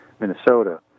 Minnesota